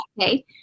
okay